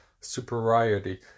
superiority